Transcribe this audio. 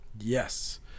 Yes